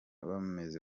bameze